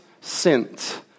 sent